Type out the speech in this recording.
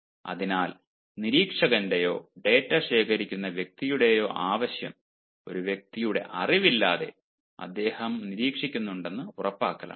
അതിനാൽ നിരീക്ഷകന്റെയോ ഡാറ്റ ശേഖരിക്കുന്ന വ്യക്തിയുടെയോ ആവശ്യം ഒരു വ്യക്തിയുടെ അറിവില്ലാതെ അദ്ദേഹം നിരീക്ഷിക്കുന്നുണ്ടെന്ന് ഉറപ്പാക്കലാണ്